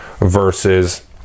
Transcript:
versus